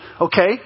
okay